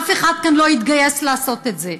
אף אחד כאן לא התגייס לעשות את זה.